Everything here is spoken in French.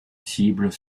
cibles